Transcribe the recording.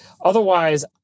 Otherwise